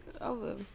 over